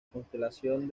constelación